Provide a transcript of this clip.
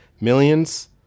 millions